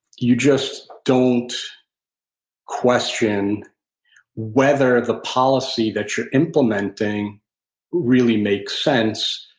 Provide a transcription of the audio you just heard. you just don't question whether the policy that you're implementing really makes sense,